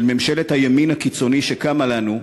של ממשלת הימין הקיצוני שקמה לנו,